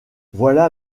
voilà